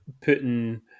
putting